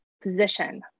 position